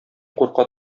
курка